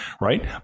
right